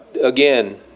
again